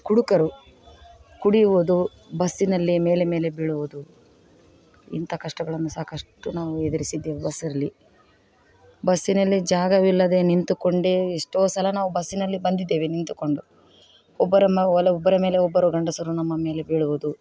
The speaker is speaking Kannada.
ಕುಡುಕರು ಕುಡಿಯುವುದು ಬಸ್ಸಿನಲ್ಲಿ ಮೇಲೆ ಮೇಲೆ ಬೀಳುವುದು ಇಂಥ ಕಷ್ಟಗಳನ್ನು ಸಾಕಷ್ಟು ನಾವು ಎದುರಿಸಿದ್ದೇವೆ ಬಸ್ಸಲ್ಲಿ ಬಸ್ಸಿನಲ್ಲಿ ಜಾಗವಿಲ್ಲದೆ ನಿಂತುಕೊಂಡೆ ಎಷ್ಟೋ ಸಲ ನಾವು ಬಸ್ಸಿನಲ್ಲಿ ಬಂದಿದ್ದೇವೆ ನಿಂತುಕೊಂಡು ಒಬ್ಬರ ಮೇಲ ಒಬ್ಬರು ಮೇಲೆ ಒಬ್ಬರು ಗಂಡಸರು ನಮ್ಮ ಮೇಲೆ ಬೀಳುವುದು